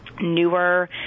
newer